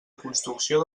construcció